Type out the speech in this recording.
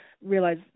realize